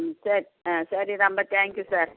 ம் சரி ஆ சரி ரொம்ப தேங்க் யூ சார்